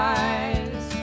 eyes